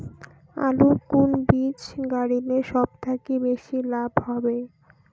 আলুর কুন বীজ গারিলে সব থাকি বেশি লাভ হবে?